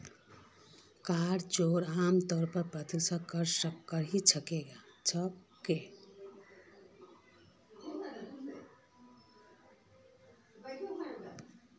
कर चोरी आमतौरत प्रत्यक्ष कर स कर छेक